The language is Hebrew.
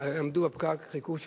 עמדו בפקק, חיכו.